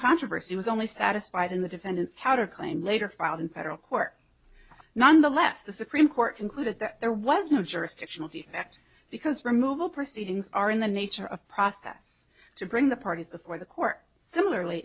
controversy was only satisfied in the defendants how to claim later filed in federal court nonetheless the supreme court concluded that there was no jurisdictional defect because removal proceedings are in the nature of process to bring the parties before the court similarly